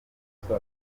ifata